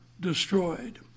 destroyed